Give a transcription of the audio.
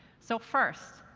so first,